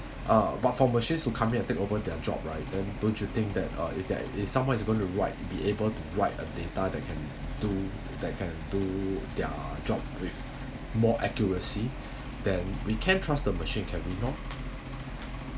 uh but for machines to come in and take over their job right then don't you think that uh if that if someone is going to write be able to write a data that can do that can do their job with more accuracy then we can trust the machine can we not